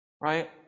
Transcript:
right